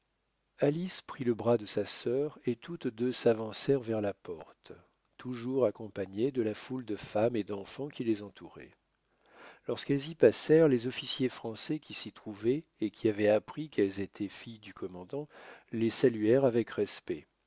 prit le bras de sa sœur et toutes deux s'avancèrent vers la porte toujours accompagnées de la foule de femmes et d'enfants qui les entouraient lorsqu'elles y passèrent les officiers français qui s'y trouvaient et qui avaient appris qu'elles étaient filles du commandant les saluèrent avec respect